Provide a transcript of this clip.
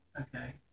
Okay